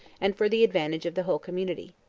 and for the advantage, of the whole community.